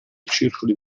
circoli